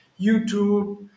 YouTube